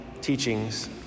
teachings